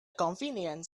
convenience